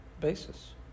basis